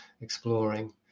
exploring